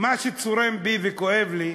מה שצורם בי וכואב לי,